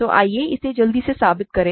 तो आइए इसे जल्दी से साबित करें